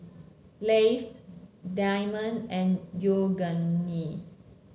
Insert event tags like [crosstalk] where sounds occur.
Lays Diamond and [unintelligible]